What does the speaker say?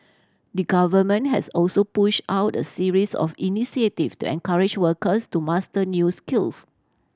the Government has also push out a series of initiative to encourage workers to master new skills